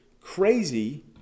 crazy